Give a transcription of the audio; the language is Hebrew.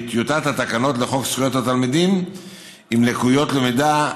טיוטת התקנות לחוק זכויות תלמידים עם לקויות למידה,